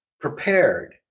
prepared